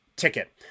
ticket